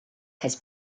has